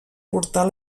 portar